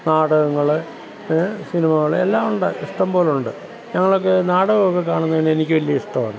നാടകങ്ങൾ സിനിമകൾ എല്ലാമുണ്ട് ഇഷ്ടം പോലുണ്ട് ഞങ്ങൾ ഒക്കെ നാടകം ഒക്കെ കാണുന്നതിന് എനിക്ക് വലിയ ഇഷ്ടമാണ്